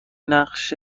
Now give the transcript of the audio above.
نقش